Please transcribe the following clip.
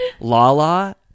lala